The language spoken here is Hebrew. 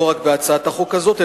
לא רק בהצעת החוק הזאת,